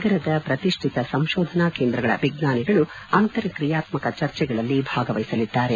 ನಗರದ ಪ್ರತಿಷ್ಠಿತ ಸಂಶೋಧನಾ ಕೇಂದ್ರಗಳ ವಿಜ್ಞಾನಿಗಳು ಅಂತರ ಕ್ರಿಯಾತ್ಜಕ ಚರ್ಚೆಗಳಲ್ಲಿ ಭಾಗವಹಿಸಲಿದ್ದಾರೆ